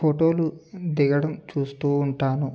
ఫోటోలు దిగడం చూస్తూ ఉంటాను